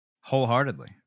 wholeheartedly